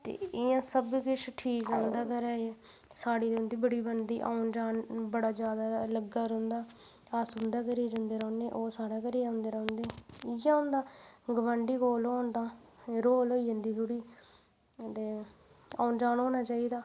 ते इ'यां सब किश ठीक रौंह्दा घरा च साढ़ी ते उं'दी बड़ी बनदी औन जान बड़ा ज्यादा लग्गे दा रौंह्दा अस उं'दे घरै जंदे रौंह्ने ओह् घरै औंदे रौंह्दे इ'यै होंदा गुआंढी कोल होन तां रोह्ल होई जंदी पूरी ते औन जान होना चाहिदा